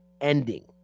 ending